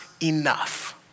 enough